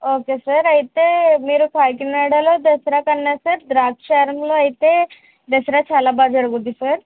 okay sir అయితే మీరు కాకినాడలో దసరా కన్నా సార్ ద్రాక్షారంలో అయితే దసరా చాలా బాగా జరుగుద్ధి సార్